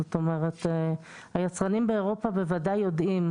זאת אומרת מכיוון שהיצרנים באירופה נמצאים שם